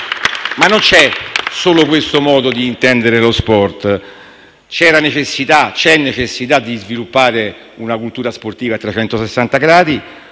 Ma non c'è solo questo modo di intendere lo sport. C'è la necessità di sviluppare una cultura sportiva a